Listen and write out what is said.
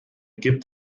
gibt